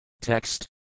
Text